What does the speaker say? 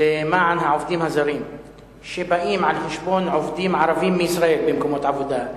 למען העובדים הזרים שבאים על חשבון עובדים ערבים מישראל במקומות עבודה,